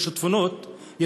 יש שיטפונות,